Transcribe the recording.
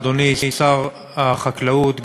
אדוני שר החקלאות,